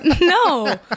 no